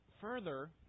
further